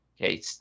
Okay